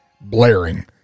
blaring